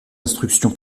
l’instruction